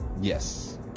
yes